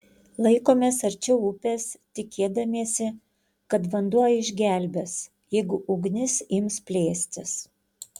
laikomės arčiau upės tikėdamiesi kad vanduo išgelbės jeigu ugnis ims plėstis